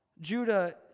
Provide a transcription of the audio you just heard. Judah